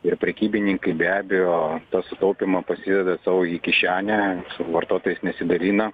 ir prekybininkai be abejo tą sutaupymą pasideda sau į kišenę su vartotojais nesidalina